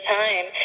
time